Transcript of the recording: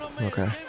Okay